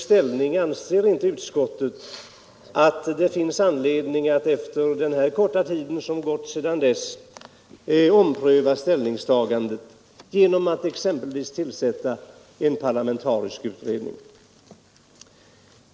Utskottet anser inte att det finns anledning att efter den korta tid som gått sedan dess ompröva ställningstagandet genom att exempelvis tillsätta en parlamentarisk utredning.